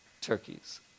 turkeys